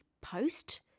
post